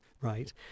right